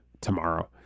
tomorrow